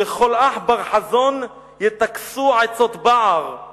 "ולכל אח בר-חזון יטכסו עצות בער /